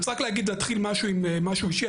אני רוצה רק להתחיל עם משהו אישי,